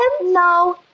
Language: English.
No